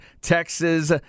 Texas